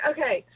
Okay